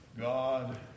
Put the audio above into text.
God